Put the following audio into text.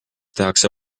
tehakse